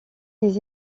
des